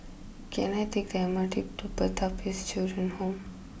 can I take the M R T to Pertapis Children Home